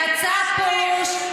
יצא פוש,